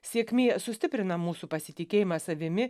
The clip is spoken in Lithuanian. sėkmė sustiprina mūsų pasitikėjimą savimi